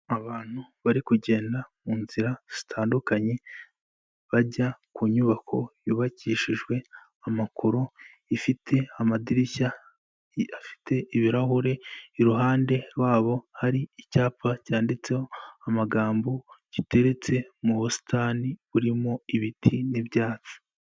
Abantu bari kugenda mu nzira zitandukanye bajya ku nyubako yubakishijwe amakoro, ifite amadirishya afite ibirahure, iruhande rwabo hari icyapa cyanditseho amagambo giteretse mu busitani burimo ibiti n'ibyatsi.